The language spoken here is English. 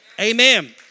Amen